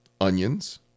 onions